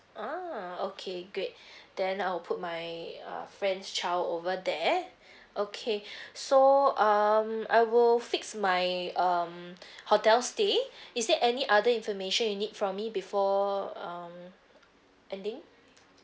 ah okay great then I'll put my uh friend's child over there okay so um I will fix my um hotel stay is there any other information you need from me before um ending